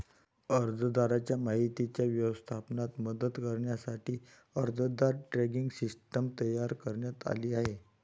अर्जदाराच्या माहितीच्या व्यवस्थापनात मदत करण्यासाठी अर्जदार ट्रॅकिंग सिस्टीम तयार करण्यात आली आहे